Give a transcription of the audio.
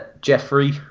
Jeffrey